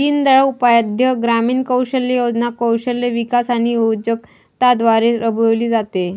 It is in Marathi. दीनदयाळ उपाध्याय ग्रामीण कौशल्य योजना कौशल्य विकास आणि उद्योजकता द्वारे राबविली जाते